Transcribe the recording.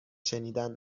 شنیدن